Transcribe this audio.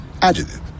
Adjective